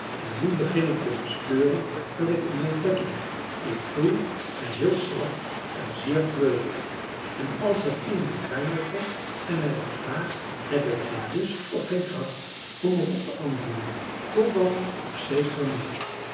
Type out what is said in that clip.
en nu begin ik te bespeuren dat ik in mijn bed lig ik voel mij heel slap en zeer treurig en als er iemand bij mij komt en mij wat vraagt heb ik geen lust of geen kracht om er op te antwoorden totdat op zekeren dag